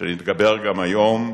שנתגבר גם היום,